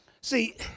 See